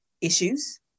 issues